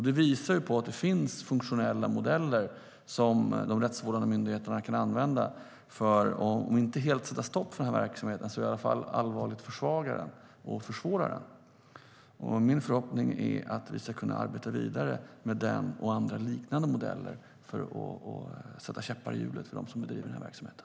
Det visar på att det finns funktionella modeller som de rättsvårdande myndigheterna kan använda för att om inte sätta stopp för verksamheten så i alla fall allvarligt försvaga och försvåra den. Min förhoppning är att vi ska kunna arbeta vidare med den och andra liknande modeller för att sätta käppar i hjulet för dem som bedriver den här verksamheten.